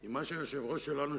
עם מה שהיושב-ראש שלנו,